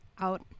out